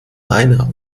einer